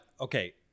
okay